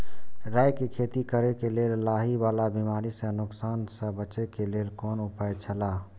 राय के खेती करे के लेल लाहि वाला बिमारी स नुकसान स बचे के लेल कोन उपाय छला?